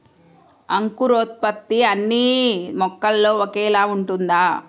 అంకురోత్పత్తి అన్నీ మొక్కల్లో ఒకేలా ఉంటుందా?